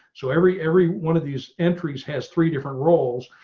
so every, every one of these entries has three different roles.